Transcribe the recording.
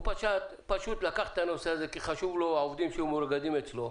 הוא פשוט לקח את הנושא הזה כי חשוב לו העובדים שמאוגדים אצלו,